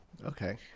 Okay